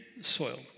soil